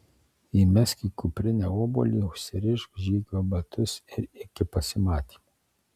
įsimesk į kuprinę obuolį užsirišk žygio batus ir iki pasimatymo